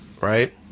right